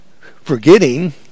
forgetting